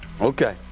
Okay